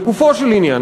לגופו של עניין,